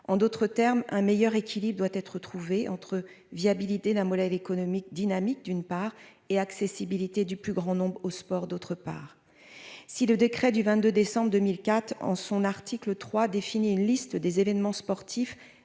en d'autres termes, un meilleur équilibre doit être trouvé entre viabilité d'un modèle économique dynamique, d'une part et accessibilité du plus grand nombre au sport, d'autre part, si le décret du 22 décembre 2004 en son article 3 défini une liste des événements sportifs